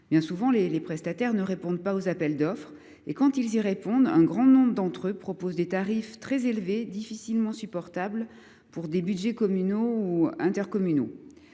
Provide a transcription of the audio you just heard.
Bien souvent, les prestataires ne répondent pas aux appels d’offres et, quand ils le font, un grand nombre d’entre eux proposent des tarifs très élevés, difficilement supportables pour des budgets communaux ou intercommunaux.